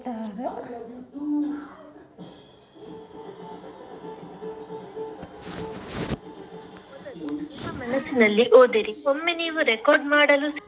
current ಅಕೌಂಟ್ನಾ draft ಚಾಲ್ತಿ checking account ಅಂತ ಹೇಳ್ತಾರ